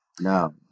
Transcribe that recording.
No